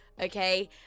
okay